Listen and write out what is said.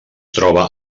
troba